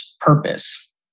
purpose